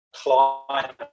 client